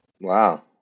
Wow